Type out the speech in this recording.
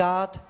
God